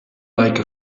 like